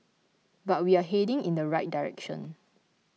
but we are heading in the right direction